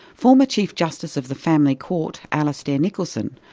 former chief justice of the family court, alistair nicholson,